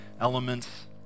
elements